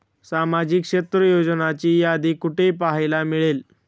सामाजिक क्षेत्र योजनांची यादी कुठे पाहायला मिळेल?